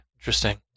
interesting